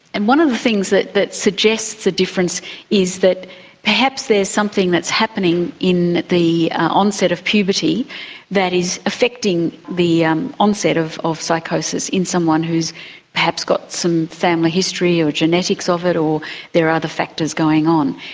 and one of the things that suggests suggests a difference is that perhaps there's something that's happening in the onset of puberty that is affecting the um onset of of psychosis in someone who's perhaps got some family history or genetics of it, or there are other factors going on.